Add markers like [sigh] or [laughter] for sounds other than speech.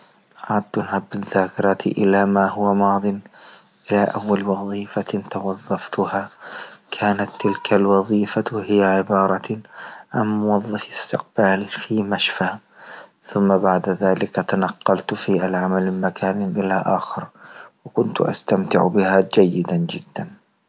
عدت [hesitation] الى ما هو ماضي أول وظيفة توظفتها كانت تلك الوظيفة هي عبارة عن موظف إستقبال في مشفى، ثم بعد ذلك تنقلت في العمل من مكان إلى أخر وكنت استمتع بها جيدا جدا.